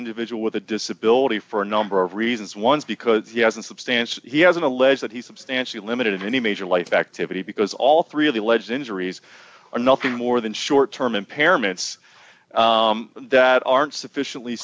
individual with a disability for a number of reasons once because he has a substantial he has an alleged that he substantially limited any major life activity because all three of the alleged injuries are nothing more than short term impairments that aren't sufficiently